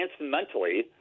mentally